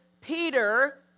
Peter